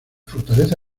fortaleza